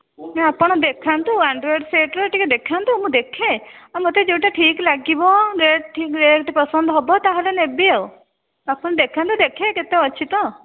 ଆପଣ ଦେଖାନ୍ତୁ ଆଣ୍ଡରଏଡ଼୍ ସେଟ୍ର ଟିକିଏ ଦେଖାନ୍ତୁ ମୁଁ ଦେଖେ ଆଉ ମୋତେ ଯେଉଁଟା ଠିକ୍ ଲାଗିବ ରେଟ୍ ଠିକ୍ ରେଟ୍ ପସନ୍ଦ ହେବ ତାହେଲେ ନେବି ଆଉ ଆପଣ ଦେଖାନ୍ତୁ ଦେଖେ କେତେ ଅଛି ତ